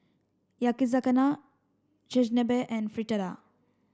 Yakizakana Chigenabe and Fritada